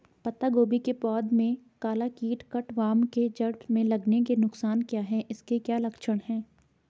पत्ता गोभी की पौध में काला कीट कट वार्म के जड़ में लगने के नुकसान क्या हैं इसके क्या लक्षण हैं?